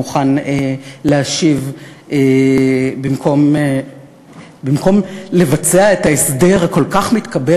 מוכן להשיב במקום לבצע את ההסדר הכל-כך מתקבל